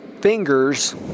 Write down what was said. fingers